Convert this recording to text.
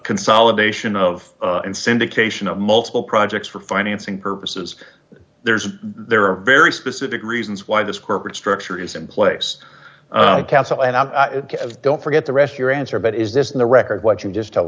consolidation of in syndication of multiple projects for financing purposes there's there are very specific reasons why this corporate structure is in place castle and i don't forget the rest your answer but is this in the record what you just tell